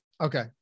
Okay